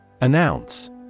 Announce